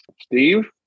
Steve